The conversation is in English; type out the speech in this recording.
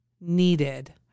needed